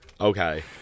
Okay